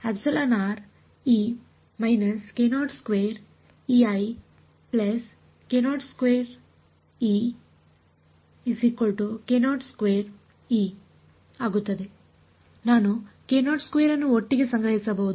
ನಾನು k02 ಅನ್ನು ಒಟ್ಟಿಗೆ ಸಂಗ್ರಹಿಸಬಹುದು